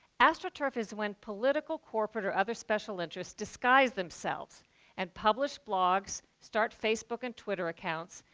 astroturf is when political, corporate, or other special interests disguise themselves and publish blogs, start facebook and twitter accounts,